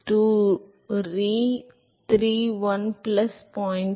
62 ரீ 3 1 பிளஸ் 0